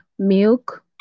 milk